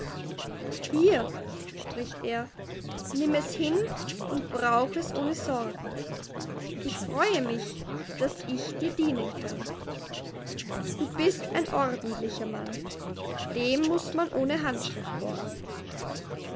hier spricht er nimm es hin und brauch es ohne sorgen ich freue mich daß ich dir dienen kann du bist ein ordentlicher mann dem muß man ohne handschrift borgen